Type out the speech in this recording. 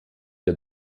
der